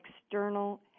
external